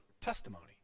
testimony